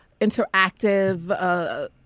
interactive